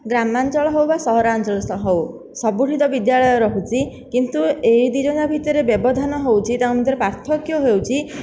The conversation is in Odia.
ଗ୍ରାମାଞ୍ଚଳ ହେଉ ବା ସହରାଞ୍ଚଳ ହେଉ ସବୁଠି ତ ବିଦ୍ୟାଳୟ ରହୁଛି କିନ୍ତୁ ଏଇ ଦୁଇ ଜଣ ଭିତରେ ବ୍ୟବଧାନ ହେଉଛି ତାଙ୍କ ଭିତରେ ପାର୍ଥକ୍ୟ ହେଉଛି